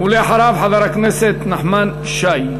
ואחריו, חבר הכנסת נחמן שי.